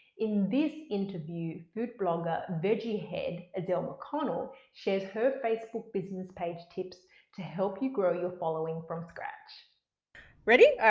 in this interview, food blogger vegiehead adele mcconnell shares her facebook business page tips to help you grow your following from scratch ready? alright,